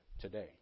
today